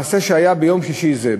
מעשה שהיה ביום שישי זה,